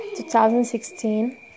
2016